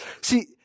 See